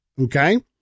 Okay